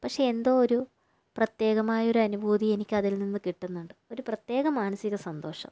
പക്ഷെ എന്തോ ഒരു പ്രത്യേകമായൊരു അനുഭൂതി എനിക്കതിൽ നിന്ന് കിട്ടുന്നുണ്ട് ഒരു പ്രത്യേക മാനസിക സന്തോഷം